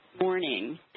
morning